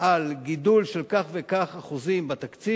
על גידול של כך וכך אחוזים בתקציב,